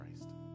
Christ